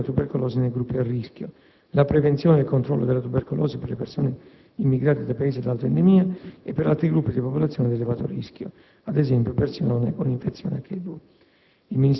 al problema tubercolosi nei gruppi a rischio, la prevenzione e il controllo della tubercolosi per le persone immigrate da Paesi ad alta endemia, e per altri gruppi di popolazione ad elevato rischio (ad esempio, persone con infezione HIV).